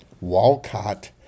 Walcott